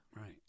Right